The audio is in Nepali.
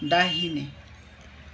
दाहिने